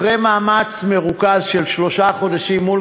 אחרי מאמץ מרוכז של שלושה חודשים מול